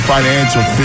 Financial